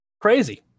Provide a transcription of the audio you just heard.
crazy